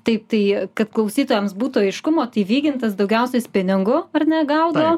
taip tai kad klausytojams būtų aiškumo tai vygintas daugiausia spiningu ar ne gaudo